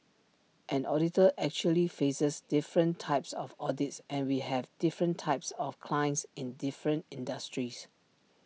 an auditor actually faces different types of audits and we have different types of clients in different industries